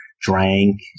drank